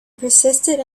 persisted